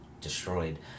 destroyed